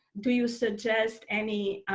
do you suggest any